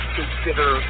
consider